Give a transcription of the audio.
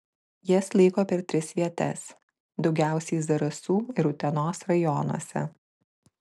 jas laiko per tris vietas daugiausiai zarasų ir utenos rajonuose